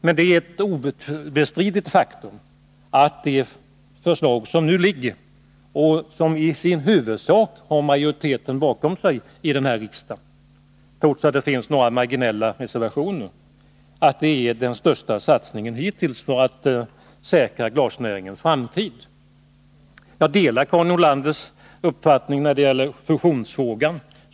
Men det är ett obestridligt faktum att det förslag som nu föreligger och som i huvudsak har majoriteten i riksdagen bakom sig, trots att det finns några marginella reservationer, är den största satsningen hittills för att säkra glasnäringens framtid. Jag delar Karin Nordlanders uppfattning när det gäller fusionsfrågan.